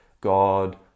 God